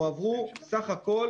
הועברו בסך הכול